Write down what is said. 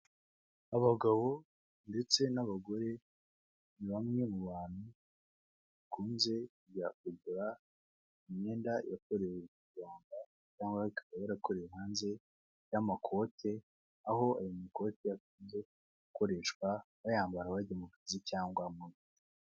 Abagabo ndetse n'abagore ni bamwe mu bantu bakunze kujya kugura imyenda yakorewe mu Rwanda cyangwa ikaba yarakorewe hanze y'amakote, aho ayo makote akunze gukoreshwa bayambara, bajya mu kazi cyangwa mu biro.